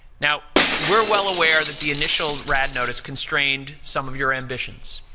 now, we're well aware that the initial rad notice constrained some of your ambitions.